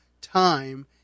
time